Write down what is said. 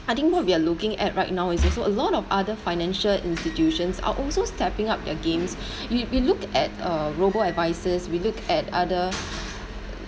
I think what we are looking at right now is also a lot of other financial institutions are also stepping up against you you look at uh robo-advisors we look at other